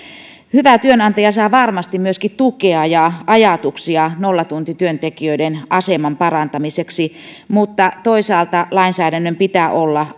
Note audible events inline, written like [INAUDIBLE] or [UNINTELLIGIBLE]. hyvä työnantaja saa varmasti myöskin tukea ja ajatuksia nollatuntityöntekijöiden aseman parantamiseksi mutta toisaalta lainsäädännön pitää olla [UNINTELLIGIBLE]